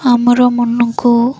ଆମର ମନକୁ